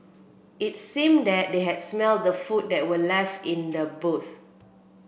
it seemed that they had smelt the food that were left in the boot